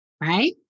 Right